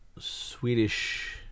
Swedish